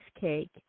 cake